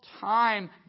time